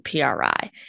PRI